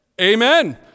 Amen